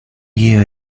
year